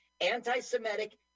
Anti-Semitic